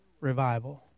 revival